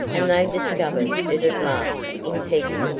and they discovered it at last in peggy.